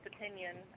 opinion